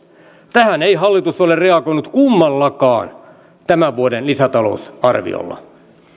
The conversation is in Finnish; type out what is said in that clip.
tähän ei hallitus ole reagoinut kummallakaan tämän vuoden lisätalousarviolla